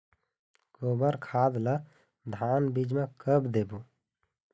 गोबर खाद ला धान बीज म कब देबो?